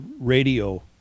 radio